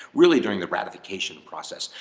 really during the ratification process.